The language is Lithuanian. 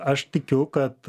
aš tikiu kad